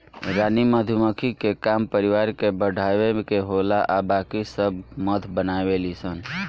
रानी मधुमक्खी के काम परिवार के बढ़ावे के होला आ बाकी सब मध बनावे ली सन